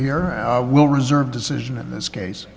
here will reserve decision in this case